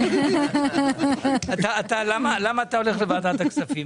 שאלו: למה אתה הולך לוועדת הכספים?